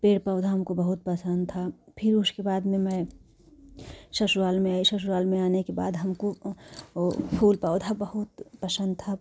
पेड़ पौधा हमको बहुत पसंद था फ़िर उसके बाद मैंने ससुराल में आए ससुराल में आने के बाद हमको फूल पौधा बहुत पसंद था